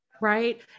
right